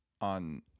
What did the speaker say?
On